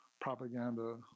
propaganda